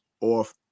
off